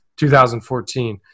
2014